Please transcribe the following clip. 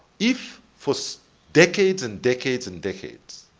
if, for so decades and decades and decades,